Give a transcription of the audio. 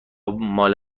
مال